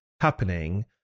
happening